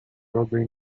rodzaj